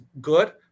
good